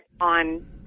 on